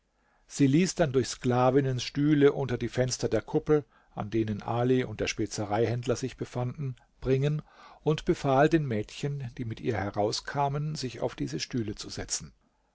sie ließ dann durch sklavinnen stühle unter die fenster der kuppel an denen ali und der spezereihändler sich befanden bringen und befahl den mädchen die mit ihr herauskamen sich auf diese stühle zu setzen